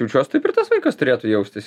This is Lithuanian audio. jaučiuos taip ir tas vaikas turėtų jaustis